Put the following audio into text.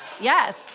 Yes